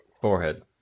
Forehead